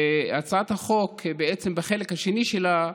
בהצעת החוק, בחלק השני שלה,